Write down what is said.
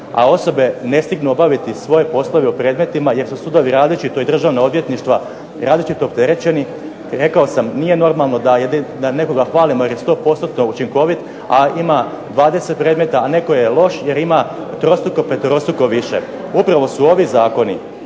a osobe ne stignu obaviti svoje poslove u predmetima jer su sudovi različito i državna odvjetništva različito opterećeni. Rekao sam, nije normalno da nekoga hvalimo jer je 100%-no učinkovit, a ima 20 predmeta, a netko je loš jer ima trostruko, peterostruko više. Upravo su ovi zakoni